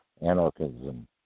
anarchism